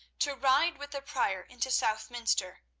to ride with the prior into southminster,